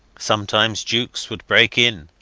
sometimes jukes would break in,